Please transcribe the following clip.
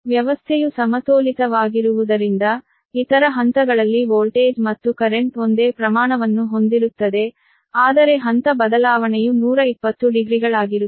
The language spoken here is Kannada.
ವ್ಯವಸ್ಥೆಯು ಸಮತೋಲಿತವಾಗಿರುವುದರಿಂದ ಇತರ ಹಂತಗಳಲ್ಲಿ ವೋಲ್ಟೇಜ್ ಮತ್ತು ಕರೆಂಟ್ ಒಂದೇ ಪ್ರಮಾಣವನ್ನು ಹೊಂದಿರುತ್ತದೆ ಆದರೆ ಹಂತ ಬದಲಾವಣೆಯು 120 ಡಿಗ್ರಿಗಳಾಗಿರುತ್ತದೆ